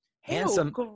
Handsome